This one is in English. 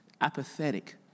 apathetic